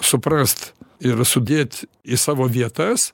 suprast ir sudėt į savo vietas